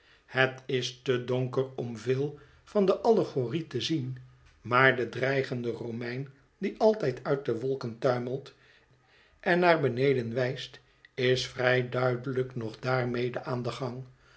het is te donker om veel van de allegorie te zien maar de dreigende romein die altijd uit de wolken tuimelt en naar beneden wijst is vrij duidelijk nog daarmede aan den gang